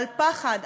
על פחד,